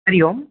हरिः ओं